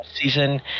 season